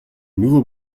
nouveau